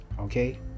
okay